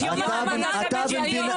את יום הנכבה תעשה בג'נין.